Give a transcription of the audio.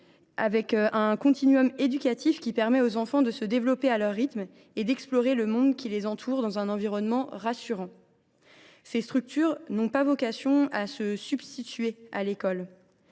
Ce continuum éducatif permet aux enfants de se développer à leur rythme et d’explorer le monde qui les entoure dans un environnement rassurant. Les jardins d’enfants n’ont pas vocation à se substituer à l’école